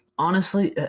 honestly,